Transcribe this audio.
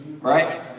right